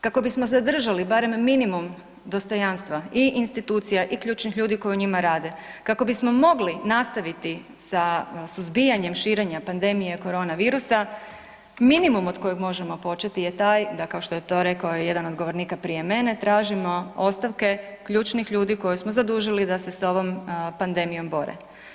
Kako bismo zadržali barem minimum dostojanstva i institucija i ključnih ljudi koji u njima rade, kako bismo mogli nastaviti sa suzbijanjem širenja pandemije korona virusa minimum od kojeg možemo je početi je taj da kao što je to rekao jedan od govornika prije mene, tražimo ostavke ključnih ljudi koje smo zadužili da se s ovom pandemijom bore.